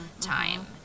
time